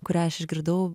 kurią aš išgirdau